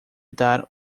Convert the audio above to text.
dar